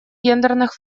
гендерных